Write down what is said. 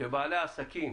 שבעלי העסקים